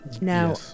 Now